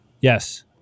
Yes